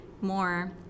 more